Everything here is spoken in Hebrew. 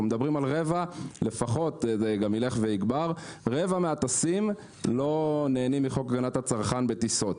אנחנו מדברים על כך שלפחות רבע מהטסים לא נהנים מחוק הגנת הצרכן בטיסות,